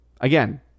again